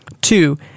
Two